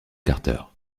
carter